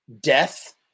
death